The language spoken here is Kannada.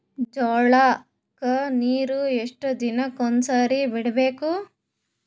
ಜೋಳ ಕ್ಕನೀರು ಎಷ್ಟ್ ದಿನಕ್ಕ ಒಂದ್ಸರಿ ಬಿಡಬೇಕು?